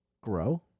grow